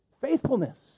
faithfulness